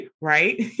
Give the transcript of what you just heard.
Right